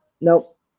nope